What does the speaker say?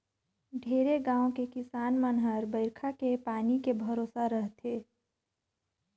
ढेरे गाँव के किसान मन हर बईरखा के पानी के भरोसा रथे